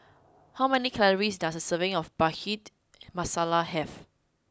how many calories does a serving of Bhindi Masala have